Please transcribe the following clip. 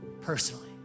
personally